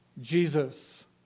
Jesus